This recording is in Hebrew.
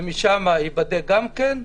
ושם ייבדק גם כן.